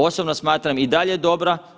Osobno smatram i dalje dobra.